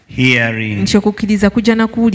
hearing